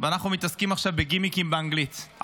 ואנחנו מתעסקים עכשיו בגימיקים באנגלית.